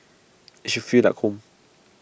IT should feel like home